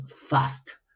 fast